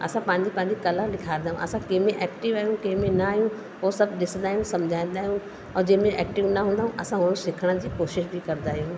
असां पंहिंजी पंहिंजी कला ॾेखारंदा आहियूं असां कंहिं में एक्टिव आहियूं कंहिं में न आहियूं उहो सभु ॾिसंदा आहियूं समुझाईंदा आहियूं ऐं जंहिं में एक्टिव न हूंदा आहियूं असां उहो सिखण जी कोशिश बि कंदा आहियूं